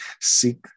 seek